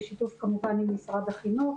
בשיתוף כמובן משרד החינוך.